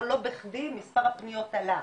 לא בכדי מספר הפניות עלה,